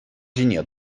ҫине